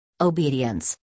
obedience